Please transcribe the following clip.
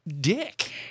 dick